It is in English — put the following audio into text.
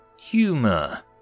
Humor